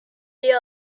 the